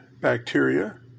bacteria